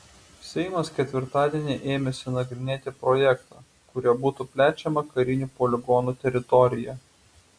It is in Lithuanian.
seimas ketvirtadieni ėmėsi nagrinėti projektą kuriuo būtų plečiama karinių poligonų teritorija